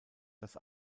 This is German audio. das